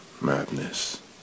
madness